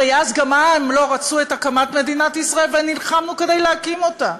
הרי אז גם הם לא רצו את הקמת מדינת ישראל ונלחמנו כדי להקים אותה.